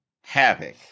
Havoc